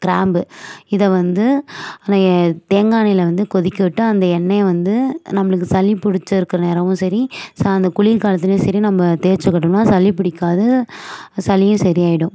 கிராம்பு இதை வந்து எண்ணெயை தேங்காய் எண்ணெய்ல வந்து கொதிக்க விட்டு அந்த எண்ணெயை வந்து நம்மளுக்கு சளிப்பிடிச்சிருக்குற நேரமும் சரி சா அந்த குளிர் காலத்துலேயும் சரி நம்ம தேய்ச்சிக்கிட்டோனா சளி பிடிக்காது சளியும் சரி ஆகிடும்